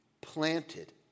planted